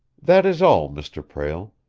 that is all, mr. prale.